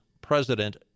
President